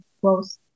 close